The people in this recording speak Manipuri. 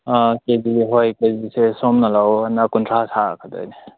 ꯀꯦ ꯖꯤ ꯑꯣꯏ ꯀꯦ ꯖꯤꯁꯦ ꯁꯣꯝꯅ ꯂꯧꯔꯒꯅ ꯀꯨꯟꯊ꯭ꯔꯥ ꯁꯔꯛꯀꯗꯣꯏꯅꯦ